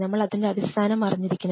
നമ്മൾ അതിൻറെ അടിസ്ഥാനം അറിഞ്ഞിരിക്കണം